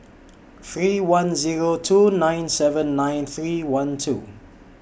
three one Zero two nine seven nine three one two